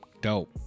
Dope